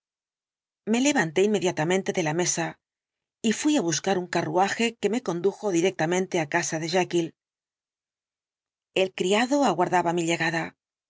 me levanté inmediatamente de la mesa y fui á buscar un carruaje que me condujo directamente á casa de jekyll el criado aguardaba mi llegada